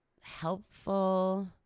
helpful